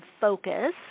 focus